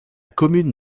commune